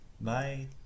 bye